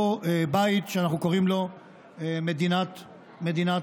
אותו בית שאנחנו קוראים לו מדינת ישראל.